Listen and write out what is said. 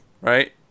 right